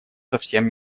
совсем